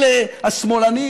אלה השמאלנים?